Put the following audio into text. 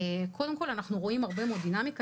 קודם כל אנחנו רואים הרבה מאוד דינמיקה.